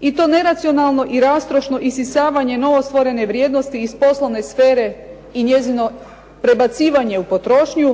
I to neracionalno i rastrošno isisavanje novostvorene vrijednosti iz poslovne sfere i njezino prebacivanje u potrošnju